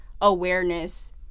awareness